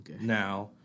Now